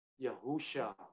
Yahusha